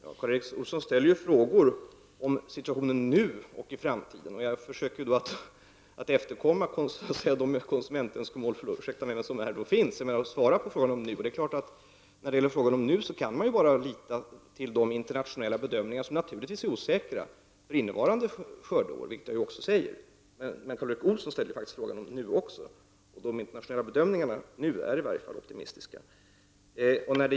Herr talman! Karl Erik Olsson ställer frågor om situationen nu och i framtiden. Jag försöker då att efterkomma ”konsumentönskemål” som finns och att svara på frågan om nuvarande situation. Härvidlag kan man bara lita till de internationella bedömningarna för innevarande skördeår, vilka naturligtvis är osäkra, som jag också säger. Men Karl Erik Olsson ställde faktiskt frågan även om nutid, och de internationella bedömningarna nu är optimistiska.